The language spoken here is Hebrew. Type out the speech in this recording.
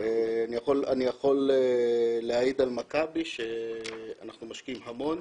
אני יכול להגיד על מכבי שאנחנו משקיעים המון